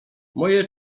moje